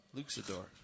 Luxador